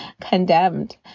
condemned